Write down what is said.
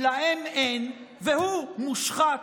להם אין, והוא מושחת.